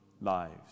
lives